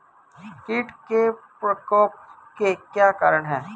कीट के प्रकोप के क्या कारण हैं?